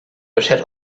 beschert